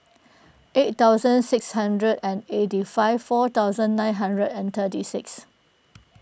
eight thousand six hundred and eighty five four thousand nine hundred and thirty six